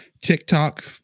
TikTok